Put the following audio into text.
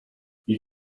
you